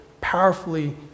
powerfully